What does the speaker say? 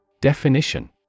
Definition